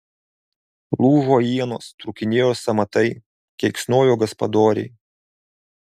lūžo ienos trūkinėjo sąmatai keiksnojo gaspadoriai